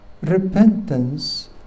repentance